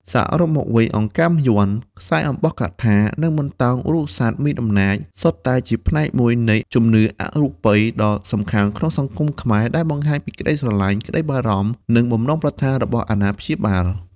សរុបមកវិញ អង្កាំយ័ន្ត ខ្សែអំបោះកថា និងបន្តោងរូបសត្វមានអំណាច សុទ្ធតែជាផ្នែកមួយនៃជំនឿអរូបីដ៏សំខាន់ក្នុងសង្គមខ្មែរ ដែលបង្ហាញពីក្ដីស្រឡាញ់ ក្ដីបារម្ភ និងបំណងប្រាថ្នារបស់អាណាព្យាបាល។